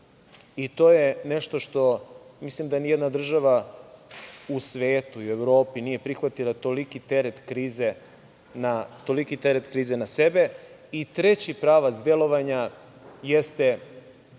i to je nešto što mislim da nijedna država u svetu i Evropi nije prihvatila toliki teret krize na sebe. Treći pravac delovanja jeste